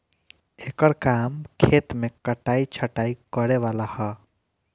एकर काम खेत मे कटाइ छटाइ करे वाला ह